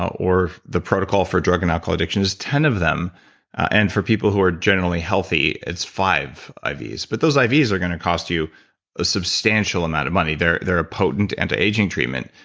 or the protocol for drug and alcohol addiction. there's ten of them and for people who are generally healthy, it's five ivs but those ivs are going to cost you a substantial amount of money, they're they're a potent anti-aging treatment.